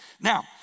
Now